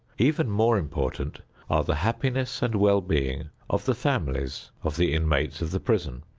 even more important are the happiness and well-being of the families of the inmates of the prison.